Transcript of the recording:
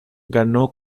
ganó